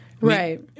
Right